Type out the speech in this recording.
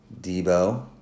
Debo